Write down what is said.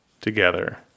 together